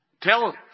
Tell